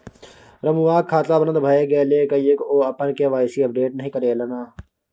रमुआक खाता बन्द भए गेलै किएक ओ अपन के.वाई.सी अपडेट नहि करेलनि?